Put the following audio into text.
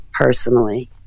personally